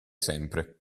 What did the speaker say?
sempre